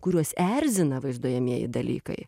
kuriuos erzina vaizduojamieji dalykai